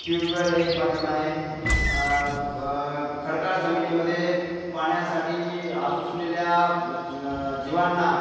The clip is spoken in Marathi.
ट्यूबवेल हे एक माध्यम आहे प खडकाळ जमिनीमध्ये पाण्यासाठी आसूसलेल्या जीवांना